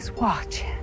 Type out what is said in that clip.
watch